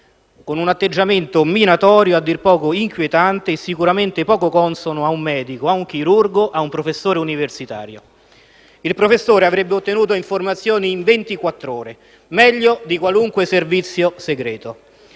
con un atteggiamento minatorio e, a dir poco, inquietante e sicuramente poco consono a un medico, a un chirurgo, a un professore universitario. Il professore avrebbe ottenuto informazioni in ventiquattro ore, meglio di qualunque servizio segreto.